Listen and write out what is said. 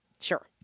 Sure